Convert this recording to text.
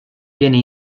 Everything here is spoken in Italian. viene